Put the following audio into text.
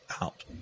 out